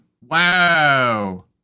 wow